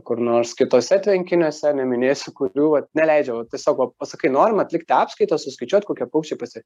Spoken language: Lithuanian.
kur nors kituose tvenkiniuose neminėsiu kurių neleidžiama va tiesiog va pasakai norima atlikti apskaitą suskaičiuot kokie paukščiai pasi